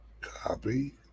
Copy